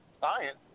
science